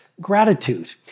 gratitude